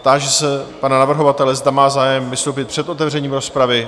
Táži se pana navrhovatele, zda má zájem vystoupit před otevřením rozpravy.